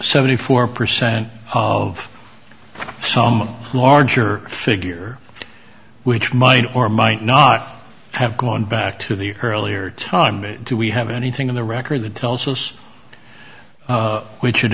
seventy four percent of some larger figure which might or might not have gone back to the earlier time but do we have anything in the record that tells us which it